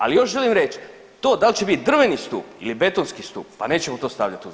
Ali još želim reći to da li će biti drveni stup ili betonski stup pa nećemo to stavljati u zakon.